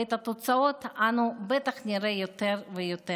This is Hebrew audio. ואת התוצאות אנו בטח נראה יותר ויותר.